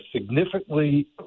significantly